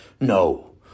No